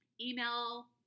Email